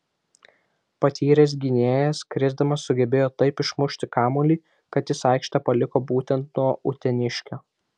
patyręs gynėjas krisdamas sugebėjo taip išmušti kamuolį kad jis aikštę paliko būtent nuo uteniškio